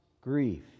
grief